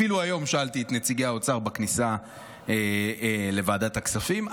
אפילו היום שאלתי את נציגי האוצר בכניסה לוועדת הכספים,